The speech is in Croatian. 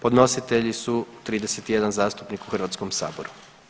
Podnositelji su 31 zastupnik u Hrvatskom saboru.